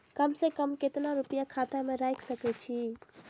कम से कम केतना रूपया खाता में राइख सके छी?